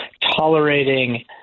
tolerating